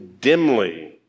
dimly